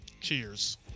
cheers